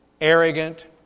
arrogant